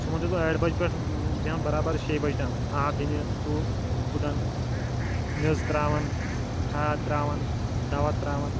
صُبحَن چھُس بہٕ ٲٹھِ بَجہِ پٮ۪ٹھ بیٚہان برابر شیٚیہِ بَجہِ تام آب دِنہِ ژوٚ ہُدن میٚژ ترٛاوان کھاد ترٛاوان دَوا ترٛاوان